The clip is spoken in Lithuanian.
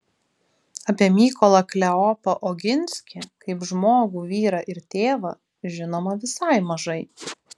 apie mykolą kleopą oginskį kaip žmogų vyrą ir tėvą žinoma visai mažai